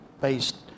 based